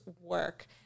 work